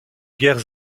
guerre